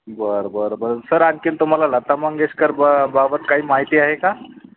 बरं बरं बरं सर आणखी तुम्हाला लता मंगेशकर बा बाबत काही माहिती आहे का